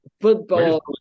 Football